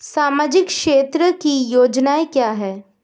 सामाजिक क्षेत्र की योजनाएं क्या हैं?